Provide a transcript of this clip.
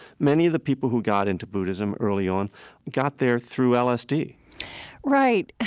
many of the people who got into buddhism early on got there through lsd right,